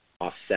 offset